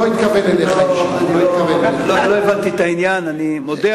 לא הבנתי את קריאת הביניים של אדוני השר.